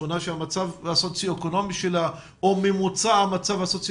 שכונה שהמצב הסוציו אקונומי שלה או ממוצע המצב הסוציו